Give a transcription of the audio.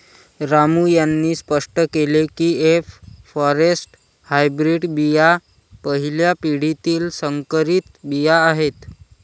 रामू यांनी स्पष्ट केले की एफ फॉरेस्ट हायब्रीड बिया पहिल्या पिढीतील संकरित बिया आहेत